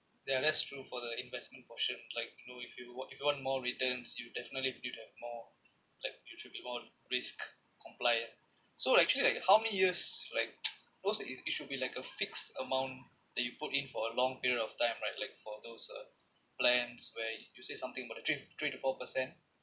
ya that's true for the investment portion like you know if you want if you want more returns you definitely be the more like you should be more risk compliant so actually like how many years like those is it should be like a fixed amount that you put in for a long period of time right like for those uh plans where you say something about three three to four per cent